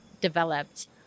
developed